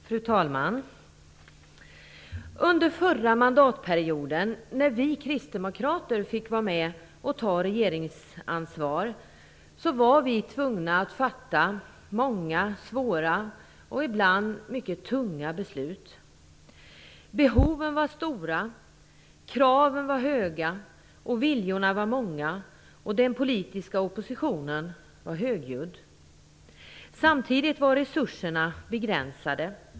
Fru talman! Under förra mandatperioden, när vi kristdemokrater fick vara med och ta regeringsansvar, var vi tvungna att fatta många svåra och ibland mycket tunga beslut. Behoven var stora, kraven var höga, viljorna var många och den politiska oppositionen var högljudd. Samtidigt var resurserna begränsade.